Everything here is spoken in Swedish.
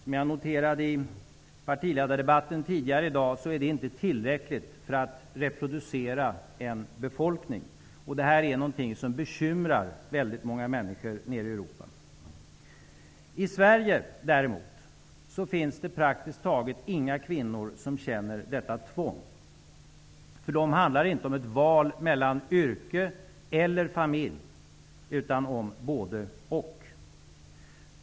Som jag noterade i partiledardebatten tidigare i dag är det inte tillräckligt för att reproducera en befolkning. Det är även något som bekymrar många människor nere i Europa. I Sverige däremot finns det praktiskt taget inga kvinnor som känner detta tvång. För dem handlar det inte om ett val mellan yrke och familj utan om både--och.